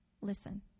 listen